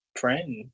friend